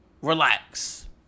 Relax